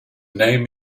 name